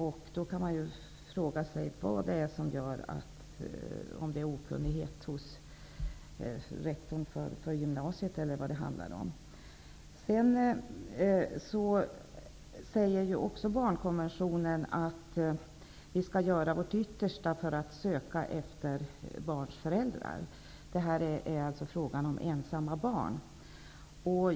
Man kan fråga sig varför han fick det här svaret och om rektorn för gymnasiet var okunnig. Barnkonventionen stadgar att vi skall göra vårt yttersta för att söka efter barns föräldrar. Det gäller ensamma barn.